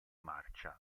marcia